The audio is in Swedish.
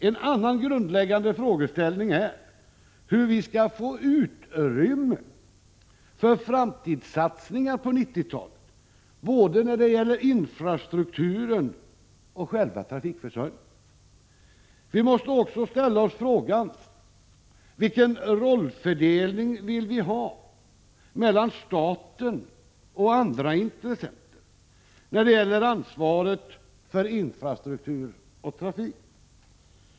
En annan grundläggande frågeställning är hur vi skall få utrymme för framtidssatsningar på 1990-talet, både när det gäller infrastrukturen och själva trafikförsörjningen. Vi måste också ställa oss frågan: Vilken rollfördelning vill vi ha mellan staten och andra intressenter när det gäller ansvaret för infrastruktur och trafik?